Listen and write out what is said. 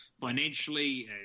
financially